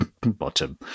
bottom